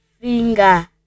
finger